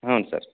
ಹ್ಞೂ ಸರ್